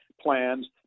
plans